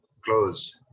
close